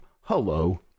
Hello